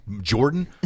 Jordan